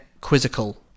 quizzical